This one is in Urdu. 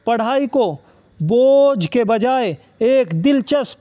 پڑھائی کو بوجھ کے بجائے ایک دلچسپ